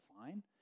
fine